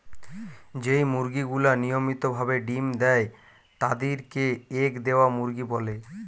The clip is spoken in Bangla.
যেই মুরগি গুলা নিয়মিত ভাবে ডিম্ দেয় তাদির কে এগ দেওয়া মুরগি বলে